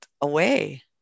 away